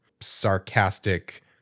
sarcastic